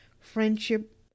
friendship